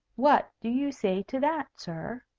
what do you say to that, sir?